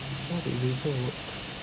now the eraser works